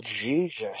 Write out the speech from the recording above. Jesus